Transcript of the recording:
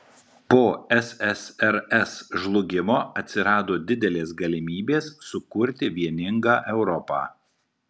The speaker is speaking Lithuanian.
po ssrs žlugimo atsirado didelės galimybės sukurti vieningą europą